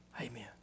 Amen